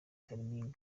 kalimpinya